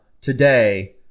today